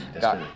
got